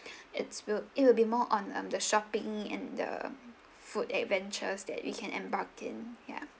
it's will it'll be more on um the shopping and the food adventures that we can embark in ya